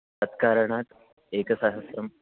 तत्कारणात् एकसहस्रं